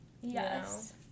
yes